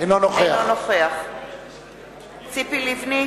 אינו נוכח ציפי לבני,